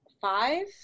five